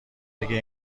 اگه